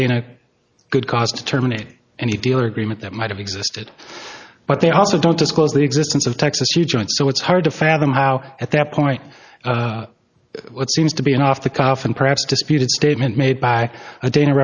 dana good cause to terminate any deal or agreement that might have existed but they also don't disclose the existence of texas future and so it's hard to fathom how at that point what seems to be an off the cuff and perhaps disputed statement made by a dana